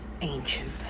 ancient